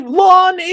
lawn